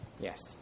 Yes